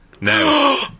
Now